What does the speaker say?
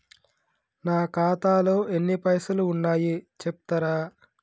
నా ఖాతాలో ఎన్ని పైసలు ఉన్నాయి చెప్తరా?